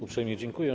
Uprzejmie dziękuję.